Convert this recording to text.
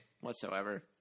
whatsoever